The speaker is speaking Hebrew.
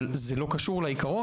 אבל זה לא קשור לעיקרון,